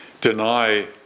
deny